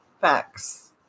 Facts